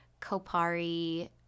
Kopari